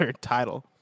title